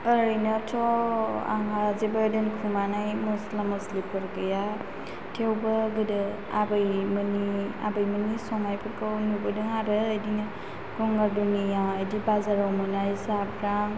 ओरैनोथ' आङो जेबो दोनखुमानाय मस्ला मस्लिफोर गैया थेवबो गोदो आबैमोननि संनायफोरखौ नुबोदों आरो इदिनो गंगार दुनिया इदि बाजाराव मोननाय जाग्रा